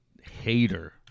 hater